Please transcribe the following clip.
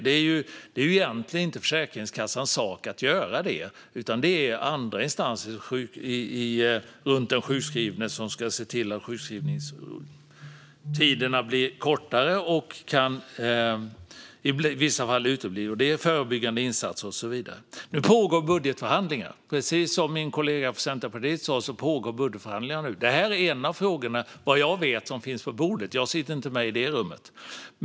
Det är egentligen inte Försäkringskassans sak att göra det, utan det är andra instanser runt den sjukskrivne som ska se till att sjukskrivningstiderna blir kortare och i vissa fall uteblir. Det handlar om förebyggande insatser och så vidare. Nu pågår budgetförhandlingar, precis som min kollega från Centerpartiet sa. Detta är en av frågorna som finns på bordet, vad jag vet - jag sitter inte med i det rummet.